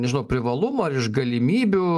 nežinau privalumų ar iš galimybių